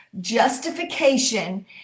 Justification